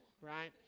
right